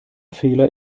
fehler